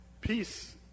Peace